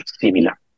similar